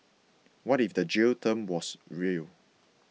what if the jail term was real